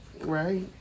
Right